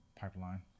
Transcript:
Pipeline